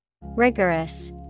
Rigorous